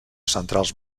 centrals